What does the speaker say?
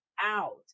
out